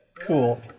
Cool